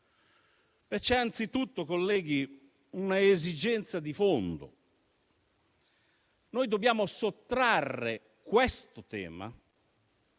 c'è anzitutto una esigenza di fondo: noi dobbiamo sottrarre questo tema